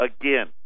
again